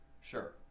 Sure